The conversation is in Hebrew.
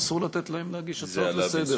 אסור לתת להם להגיש הצעות לסדר-היום.